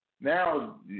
Now